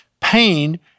Pain